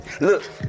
Look